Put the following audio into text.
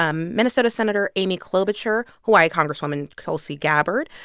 um minnesota senator amy klobuchar, hawaii congresswoman tulsi gabbard.